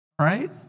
Right